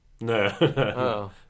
No